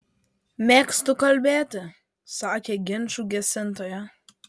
mėgstu kalbėti sakė ginčų gesintoja